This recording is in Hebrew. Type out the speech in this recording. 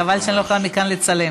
חבל שאני לא יכולה מכאן לצלם.